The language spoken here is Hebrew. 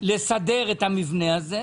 לסדר את המבנה הזה.